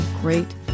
great